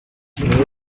muri